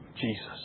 Jesus